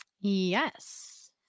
Yes